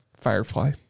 Firefly